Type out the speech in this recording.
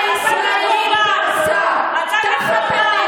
החברה הישראלית קרסה, מצאתם קורבן, מצאתם קורבן.